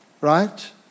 right